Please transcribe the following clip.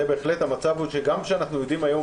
זה בהחלט המצב, שגם כשאנחנו יודעים היום,